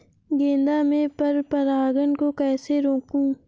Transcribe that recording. गेंदा में पर परागन को कैसे रोकुं?